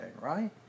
right